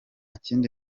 kindi